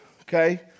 okay